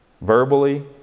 verbally